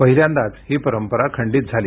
पहिल्यांदाच ही परंपरा खंडीत झाली